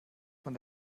von